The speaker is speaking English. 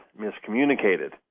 miscommunicated